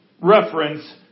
reference